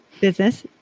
business